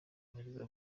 abagize